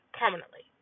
permanently